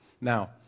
Now